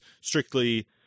strictly